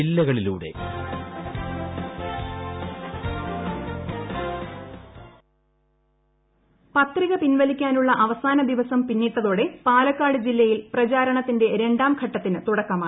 ജില്ലകളിലൂടെ പാലക്കാട് ഇൻട്രോ പത്രിക പിൻവലിക്കാനുള്ള അവസാന ദിവസം പിന്നിട്ടതോടെ പാലക്കാട് ജില്ലയിൽ പ്രചാരണത്തിന്റെ രണ്ടാം ഘട്ടത്തിന് തുടക്കമായി